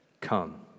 come